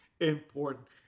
important